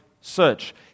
search